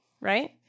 right